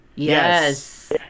Yes